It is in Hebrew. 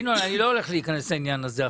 ינון אני לא הולך להיכנס לעניין הזה,